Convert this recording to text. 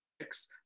six